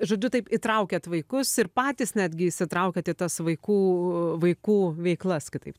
žodžiu taip įtraukiat vaikus ir patys netgi įsitraukiat į tas vaikų vaikų veiklas kitaip